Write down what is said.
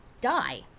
die